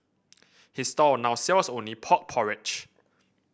his stall now sells only pork porridge